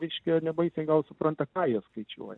reiškia nebaisiai gal supranta ką jie skaičiuoja